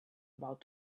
about